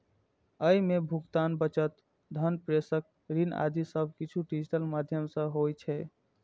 अय मे भुगतान, बचत, धन प्रेषण, ऋण आदि सब किछु डिजिटल माध्यम सं होइ छै